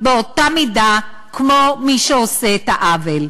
באותה מידה כמו מי שעושה את העוול.